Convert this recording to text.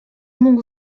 mógł